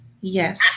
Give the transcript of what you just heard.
Yes